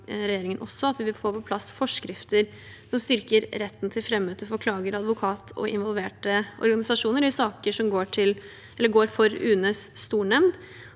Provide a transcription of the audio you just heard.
at det vil komme på plass forskrifter som styrker retten til frammøte for klager, advokat og involverte organisasjoner i saker som går for UNEs stornemnd,